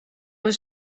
was